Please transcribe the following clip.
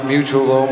Mutual